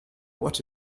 what